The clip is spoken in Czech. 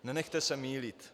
Nenechte se mýlit.